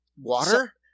water